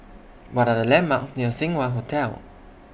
What Are The landmarks near Seng Wah Hotel